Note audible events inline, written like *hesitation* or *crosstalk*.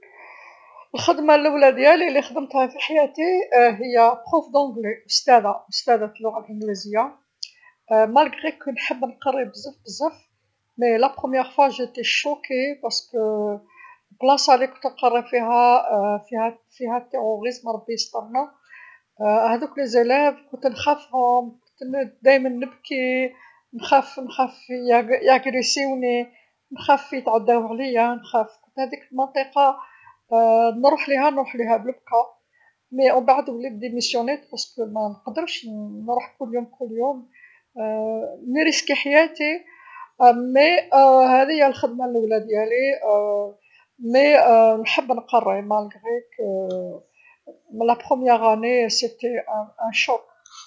الخدمه لولا ديالي لخدمتها في حياتي هي أستاذه إنجليزي، أستاذه أستاذه في اللغه الإنجليزيه، على رغم من نحب نقري بزاف بزاف، بصح أول مرا كنت مصدومه على خاطرش بلاصه لكنت نقريها فيها فيها إرهاب ربي يسطرنا *hesitation* هاذوك تلاميذ كنت نخافهم، كنت دايما نبكي، نخاف نخاف يتهجمو عليا، نخاف يتعداو عليا نخاف، هاذيك المنطقه *hesitation* نروح ليها نروح ليها بالبكا، بصح منبعد إستقلت على خاطرش منقدرش نروح كل يوم ما يوم، نخاطر بحياتي بصح هاذي هي الخدمه لولا ديالي *hesitation* بصح نحب نقري بالرغم من العام لول كان صدمه.